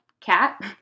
cat